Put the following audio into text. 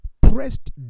pressed